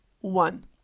one